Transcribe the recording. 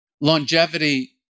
longevity